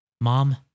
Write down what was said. Mom